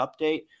update